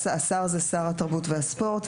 זה שר התרבות והספורט,